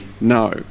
no